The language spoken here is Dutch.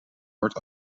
wordt